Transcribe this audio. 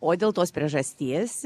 o dėl tos priežasties